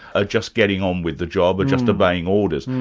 ah just getting on with the job, or just obeying orders.